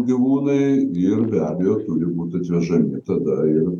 gyvūnai ir be abejo turi būt atvežami tada ir